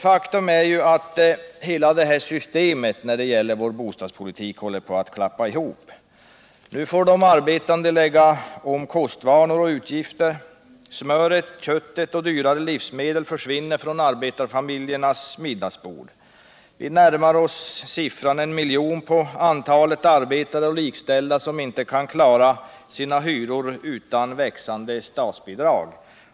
Faktum är att hela systemet när det gäller vår bostadspolitik håller på att klappa ihop. Nu får de arbetande lägga om kostvanor och utgifter. Smöret, köttet och dyrare livsmedel försvinner från arbetarfamiljernas middagsbord. Vi närmar oss siffran en miljon på antalet arbetare och likställda som inte kan klara sina hyror utan växande statsbidrad.